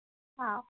हो